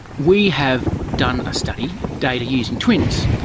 we have done a study data using twins,